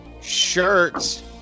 shirts